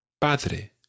Padre